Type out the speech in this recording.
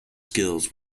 skills